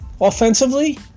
Offensively